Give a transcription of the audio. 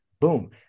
Boom